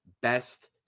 best